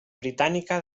britànica